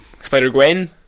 Spider-Gwen